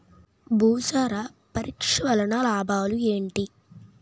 భూసార పరీక్ష వలన లాభాలు ఏంటి?